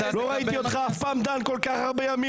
לא ראיתי אותך אף פעם דן כל כך הרבה ימים